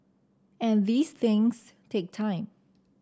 and these things take time